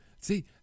see